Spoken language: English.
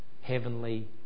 heavenly